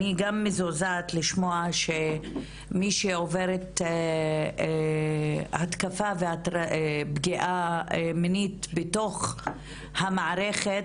אני גם מזועזעת לשמוע שמי שעוברת התקפה ופגיעה מינית בתוך המערכת,